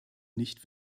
nicht